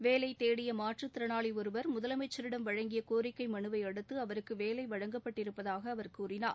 வேலை தேடிய மாற்றுத்திறனாளி ஒருவர் முதலமைச்சரிடம் வழங்கிய கோரிக்கை மனுவை அடுத்து அவருக்கு வேலை வழங்கப்பட்டிருப்பதாக அவர் கூறினார்